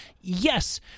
yes